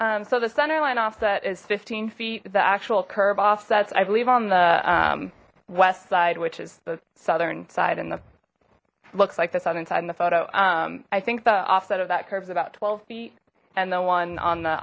them so the centerline offset is fifteen feet the actual curb offsets i believe on the west side which is the southern side and the looks like the southern side in the photo i think the offset of that curves about twelve feet and the one on the